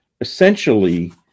essentially